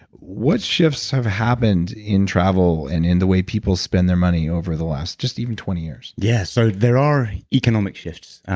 what shifts have happened in travel and in the way people spend their money over the last just even twenty years? yeah. so there are economic shifts.